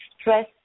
stress